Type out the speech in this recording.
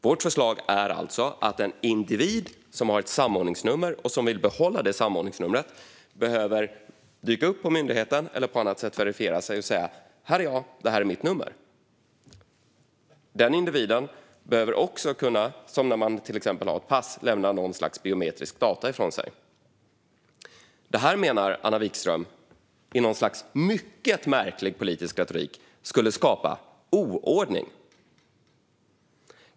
Vårt förslag är alltså att en individ som har ett samordningsnummer och som vill behålla detta samordningsnummer behöver dyka upp på myndigheten, eller på annat sätt verifiera sig, och säga: Här är jag. Det här är mitt nummer. Individen behöver också, som till exempel när man har ett pass, lämna något slags biometriska data ifrån sig. Detta menar Anna Vikström, med en mycket märklig politisk retorik, skulle skapa oordning.